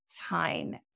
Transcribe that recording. time